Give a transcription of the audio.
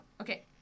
okay